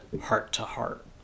heart-to-heart